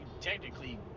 technically